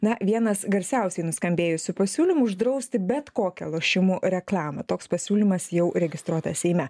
na vienas garsiausiai nuskambėjusių pasiūlymų uždrausti bet kokią lošimų reklamą toks pasiūlymas jau registruotas seime